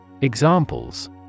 Examples